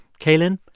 cailin,